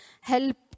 help